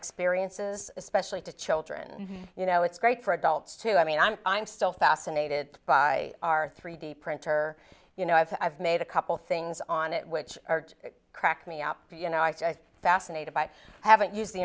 experiences especially to children you know it's great for adults too i mean i'm i'm still fascinated by our three d printer you know i've i've made a couple things on it which cracked me up you know fascinated by i haven't used the